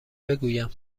بگویم